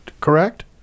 correct